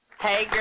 Hey